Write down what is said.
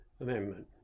amendment